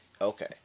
Okay